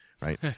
right